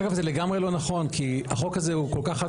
אגב זה לגמרי לא נכון כי החוק הזה הוא כל כך חד